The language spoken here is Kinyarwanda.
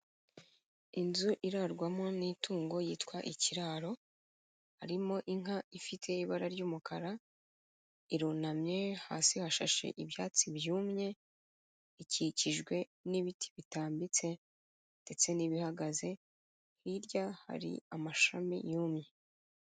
Inzu irarwamo n'itungo yitwa ikiraro, harimo inka ifite ibara ry'umukara, irunamye hasi hashashe ibyatsi byumye, ikikijwe n'ibiti bitambitse ndetse n'ibihagaze, hirya hari amashami yumye.